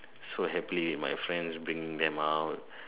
so happily with my friends bringing them out